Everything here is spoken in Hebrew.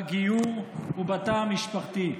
בגיור ובתא המשפחתי.